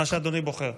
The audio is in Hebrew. מה שאדוני בוחר.